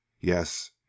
Yes